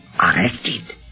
Arrested